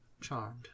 Charmed